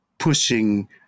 pushing